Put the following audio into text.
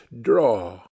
draw